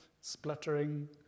spluttering